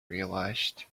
realized